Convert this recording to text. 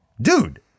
dude